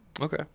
Okay